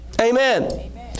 Amen